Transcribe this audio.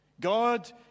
God